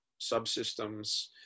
subsystems